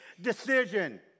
decision